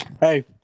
Hey